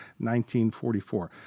1944